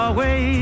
Away